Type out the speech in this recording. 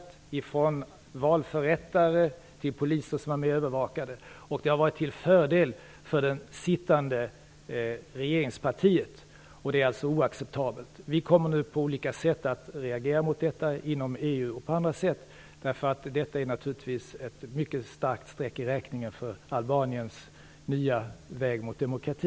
Det har sträckt sig från valförrättare till de poliser som var med och övervakade, och det har varit till fördel för det sittande regeringspartiet. Det här är oacceptabelt. Vi kommer nu att på olika sätt reagera mot detta, inom EU och på andra sätt. Detta är naturligtvis ett mycket allvarligt streck i räkningen för Albaniens nya väg mot demokrati.